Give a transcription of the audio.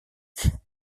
funk